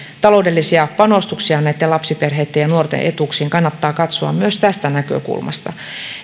taloudellisia panostuksia näitten lapsiperheitten ja nuorten etuuksiin kannattaa katsoa myös tästä näkökulmasta